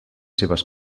seves